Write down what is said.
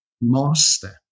master